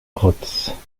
rots